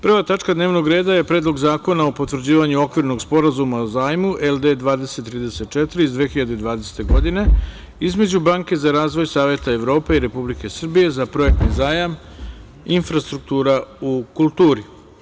Prva tačka dnevnog reda – PREDLOG ZAKONA O POTVRĐIVANjU OKVIRNOG SPORAZUMA O ZAJMU LD 2034 (2020) IZMEĐU BANKE ZA OBNOVU I RAZVOJ SAVETA EVROPE I REPUBLIKE SRBIJE ZA PROJEKTNI ZAJAM – INFRASTRUKTURA U KULTURI.